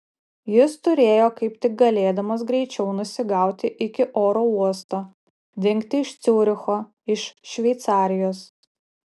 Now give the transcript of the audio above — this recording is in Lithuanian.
jis turėjo kaip tik galėdamas greičiau nusigauti iki oro uosto dingti iš ciuricho iš šveicarijos